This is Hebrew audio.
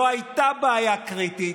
לא הייתה בעיה קריטית,